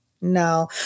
No